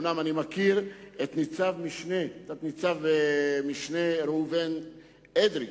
אומנם אני מכיר את ניצב-משנה ראובן אדרי,